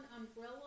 Umbrella